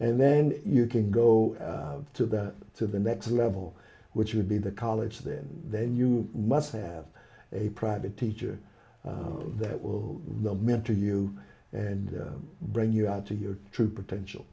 and then you can go to the to the next level which would be the college then then you must have a private teacher that will mentor you and bring you out to your true potential